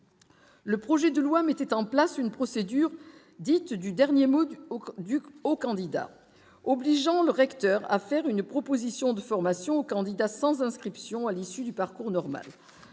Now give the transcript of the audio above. Le projet de loi mettait en place une procédure dite du dernier mot au du au candidat, obligeant le recteur à faire une proposition de formation aux candidats sans inscription à l'issue du parcours normal